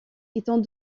étant